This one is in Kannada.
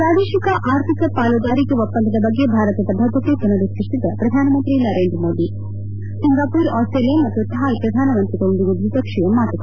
ಪ್ರಾದೇಶಿಕ ಆರ್ಥಿಕ ಪಾಲುದಾರಿಕೆ ಒಪ್ಪಂದದ ಬಗ್ಗೆ ಭಾರತದ ಬದ್ದತೆ ಪುನರುಚ್ಚರಿಸಿದ ಪ್ರಧಾನಮಂತ್ರಿ ನರೇಂದ್ರ ಮೋದಿ ಸಿಂಗಾಪುರ್ ಆಸ್ವೇಲಿಯಾ ಮತ್ತು ಥಾಯ್ ಪ್ರಧಾನಮಂತ್ರಿಗಳೊಂದಿಗೆ ದ್ವಿಶಕ್ಷೀಯ ಮಾತುಕತೆ